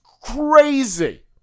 crazy